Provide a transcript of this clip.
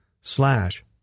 slash